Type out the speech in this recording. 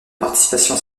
participation